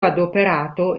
adoperato